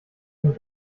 dem